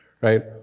right